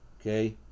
Okay